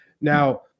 Now